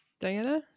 Diana